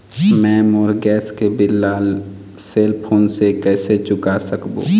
मैं मोर गैस के बिल ला सेल फोन से कइसे चुका सकबो?